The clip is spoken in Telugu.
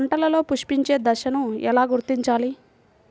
పంటలలో పుష్పించే దశను ఎలా గుర్తించాలి?